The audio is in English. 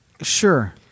Sure